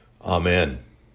Amen